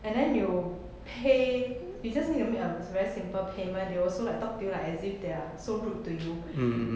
and then you pay you just need to make a very simple payment they also like talk to you like as if they are so rude to you